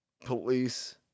police